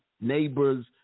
neighbors